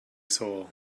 soul